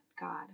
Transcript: God